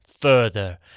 further